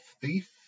thief